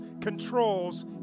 controls